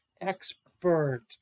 expert